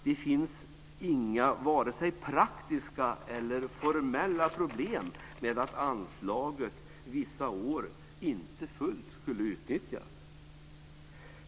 Det finns inga vare sig praktiska eller formella problem med att anslaget vissa år inte fullt ut skulle utnyttjas.